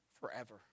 forever